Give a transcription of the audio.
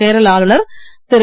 கேரள ஆளுனர் திரு